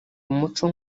umuco